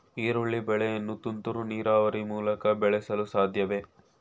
ಈರುಳ್ಳಿ ಬೆಳೆಯನ್ನು ತುಂತುರು ನೀರಾವರಿ ಮೂಲಕ ಬೆಳೆಸಲು ಸಾಧ್ಯವೇ?